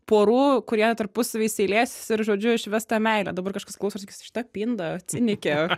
porų kurie tarpusavy seilėsis ir žodžiu švęs tą meilę dabar kažkas klausos ir sakys šita pinda cinikė